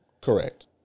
Correct